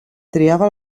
triava